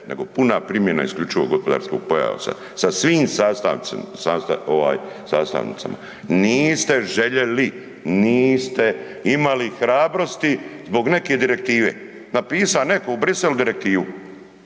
nego puna primjena IGP-a sa svim .../nerazumljivo/... ovaj sastavnicama. Niste željeli, niste imali hrabrosti zbog neke direktive, napisa neko u Bruxellesu direktivu,